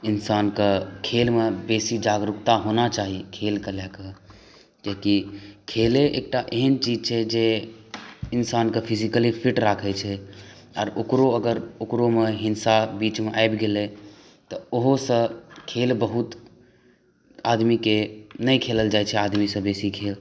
इन्सानके खेलमे बेसी जागरूकता होना चाही खेलके लऽ कऽ कियाकि खेले एकटा एहन चीज छै जे इन्सानके फिजिकली फिट राखै छै आओर ओकरो अगर ओकरोमे हिँसा बीचमे आबि गेलै ओहोसँ खेल बहुत आदमीके नहि खेलल जाइ छै आदमीसँ बेसी खेल